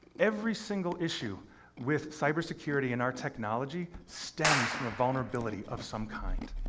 every single issue with cybersecurity and our technology stems from a vulnerability of some kind.